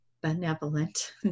benevolent